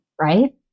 right